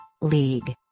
League